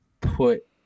put